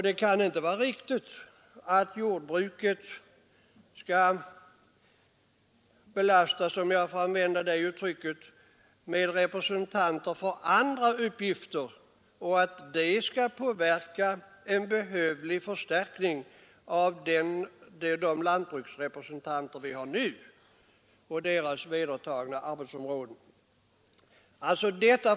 Det kan inte vara riktigt att jordbruket skall belastas — om jag får använda det uttrycket — med representanter för andra uppgifter och att dessa skall påverka en behövlig förstärkning av de lantbruksrepresentanter vi har nu och deras vedertagna arbetsområde.